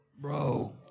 Bro